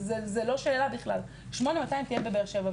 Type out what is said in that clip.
זו לא שאלה בכלל, 8200 תהיה בבאר שבע.